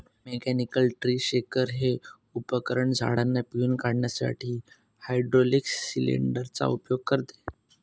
mechanical tree shaker हे उपकरण झाडांना पिळून काढण्यासाठी हायड्रोलिक सिलेंडर चा उपयोग करते